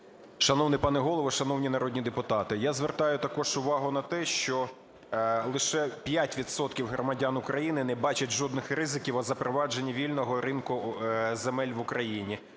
Шановний пане Голово, шановні народні депутати, я звертаю також увагу на те, що лише 5 відсотків громадян України не бачать жодних ризиків в запровадженні вільного ринку земель в Україні.